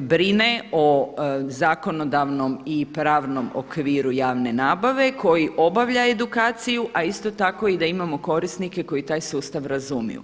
brine o zakonodavnom i pravnom okviru javne nabave koji obavlja edukaciju a isto tako i da imamo korisnike koji taj sustav razumiju.